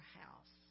house